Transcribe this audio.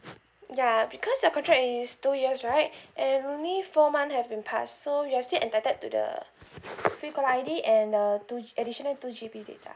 ya because your contract is two years right and only four month have been passed so you are still entitled to the free caller I_D and uh two additional two G_B data